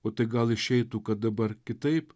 o tai gal išeitų kad dabar kitaip